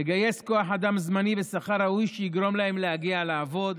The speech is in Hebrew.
ולגייס כוח אדם זמני בשכר ראוי שיגרום להם להגיע לעבוד,